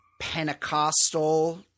Pentecostal